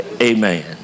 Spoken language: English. Amen